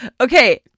Okay